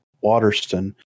Waterston